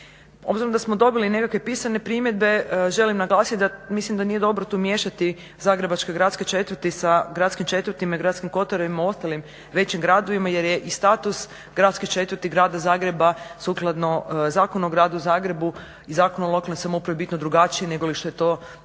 Obzirom da smo dobili nekakve pisane primjedbe želim naglasiti da mislim da nije dobro tu miješati zagrebačke gradske četvrti sa gradskim četvrtima i gradskim kotarima u ostalim većim gradovima jer je i status gradske četvrti grada Zagreba sukladno Zakonu o gradu Zagrebu i Zakonom o lokalnoj samoupravi bitno drugačiji negoli što je to tih